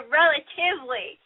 relatively